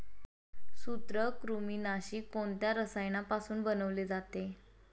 सूत्रकृमिनाशी कोणत्या रसायनापासून बनवले जाते?